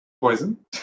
Poison